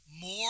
More